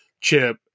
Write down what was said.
chip